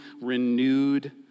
renewed